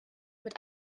mit